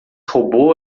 robô